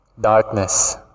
darkness